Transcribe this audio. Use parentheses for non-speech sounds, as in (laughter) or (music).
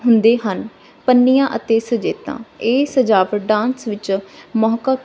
ਹੁੰਦੇ ਹਨ ਪੰਨੀਆਂ ਅਤੇ ਸਜੇਤਾ ਇਹ ਸਜਾਵਟ ਡਾਂਸ ਵਿੱਚ (unintelligible)